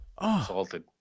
salted